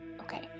Okay